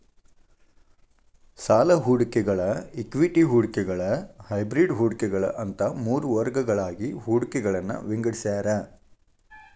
ಸಾಲ ಹೂಡಿಕೆಗಳ ಇಕ್ವಿಟಿ ಹೂಡಿಕೆಗಳ ಹೈಬ್ರಿಡ್ ಹೂಡಿಕೆಗಳ ಅಂತ ಮೂರ್ ವರ್ಗಗಳಾಗಿ ಹೂಡಿಕೆಗಳನ್ನ ವಿಂಗಡಿಸ್ಯಾರ